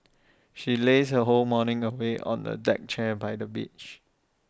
she lazed her whole morning away on A deck chair by the beach